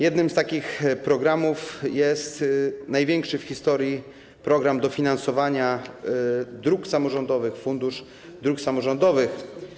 Jednym z takich programów jest największy w historii program dofinansowania dróg samorządowych, Fundusz Dróg Samorządowych.